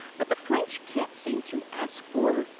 but the french can't seem to ask for,